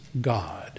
God